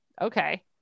okay